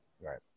Right